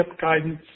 guidance